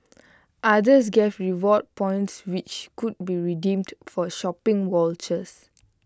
others gave rewards points which could be redeemed for shopping vouchers